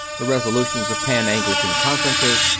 the resolutions of pan-anglican conferences,